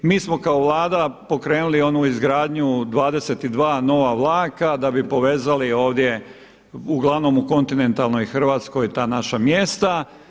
Mi smo kao Vlada pokrenuli onu izgradnju 22 nova vlaka da bi povezali ovdje, uglavnom u kontinentalnoj Hrvatskoj ta naša mjesta.